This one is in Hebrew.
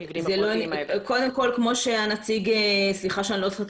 כמו שחבר הכנסת